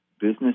business